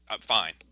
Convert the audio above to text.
fine